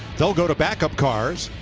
they will go to back up cars,